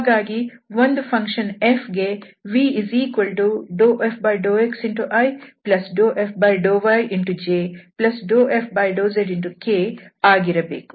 ಹಾಗಾಗಿ ಒಂದು function f ಗೆ V∂f∂xi∂f∂yj∂f∂zk ಆಗಿರಬೇಕು